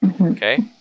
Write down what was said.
Okay